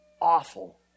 awful